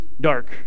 dark